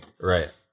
Right